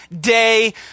day